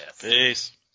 Peace